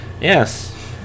Yes